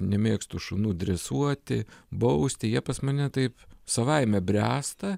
nemėgstu šunų dresuoti bausti jie pas mane taip savaime bręsta